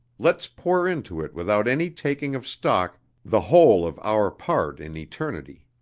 let's pour into it without any taking of stock the whole of our part in eternity!